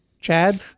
Chad